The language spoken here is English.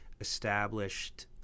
established